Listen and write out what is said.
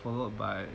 followed by